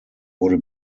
wurde